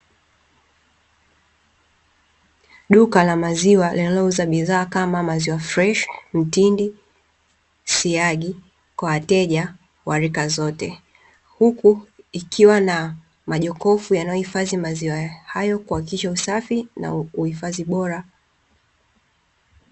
Duka la maziwa linalouza bidhaa kama maziwa freshi, mtindi na siagi, kwa wateja wa rika zote. Huku likiwa na majokofu yanayohifadhi maziwa hayo, kuhakikisha usafi na uhifadhi bora.